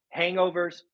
hangovers